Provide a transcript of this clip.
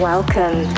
Welcome